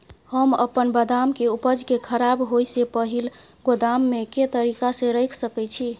हम अपन बदाम के उपज के खराब होय से पहिल गोदाम में के तरीका से रैख सके छी?